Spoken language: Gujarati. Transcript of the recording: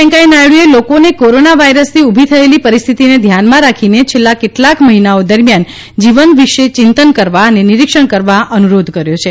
વૈંકયા નાયડુએ લોકોને કોરોના વાયરસથી ઊભી થયેલી પરિસ્થિતિને ધ્યાનમાં રાખીને છેલ્લા કેટલાક મહિનાઓ દરમ્યાન જીવન વિષે ચિંતન કરવા અને નિરિક્ષણ કરવા અનુરોધ કર્યો છે